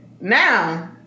Now